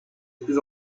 plus